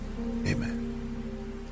amen